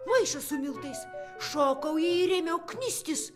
maišas su miltais šokau į jį ir ėmiau knistis